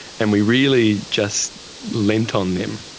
and we really just leant on them.